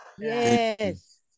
Yes